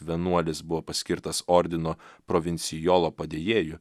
vienuolis buvo paskirtas ordino provincijolo padėjėju